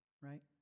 Right